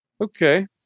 Okay